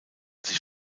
sich